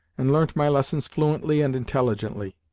and learnt my lessons fluently and intelligently.